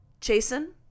Jason